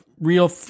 Real